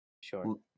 sure